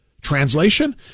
Translation